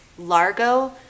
Largo